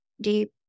deep